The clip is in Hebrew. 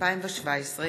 איתן ברושי,